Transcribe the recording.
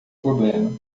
problema